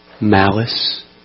malice